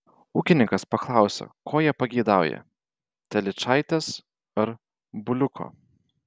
ūkininkas paklausė ko jie pageidaują telyčaitės ar buliuko